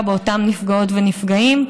באותם נפגעות ונפגעים.